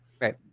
Right